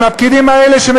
אם הפקידים האלה,